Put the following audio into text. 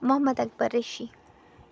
Mohammad Akbar Reshi